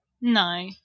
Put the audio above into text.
No